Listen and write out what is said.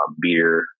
beer